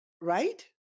Right